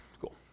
cool